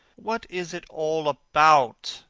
what is it all about?